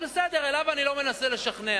אז בסדר, אותו אני לא מנסה לשכנע.